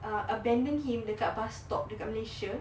ah abandoned him dekat bus stop dekat malaysia